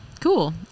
cool